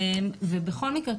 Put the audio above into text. ובכל מקרה,